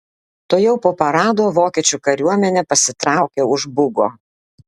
tuojau po parado vokiečių kariuomenė pasitraukė už bugo